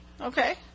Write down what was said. Okay